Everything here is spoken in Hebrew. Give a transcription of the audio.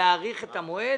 להאריך את המועד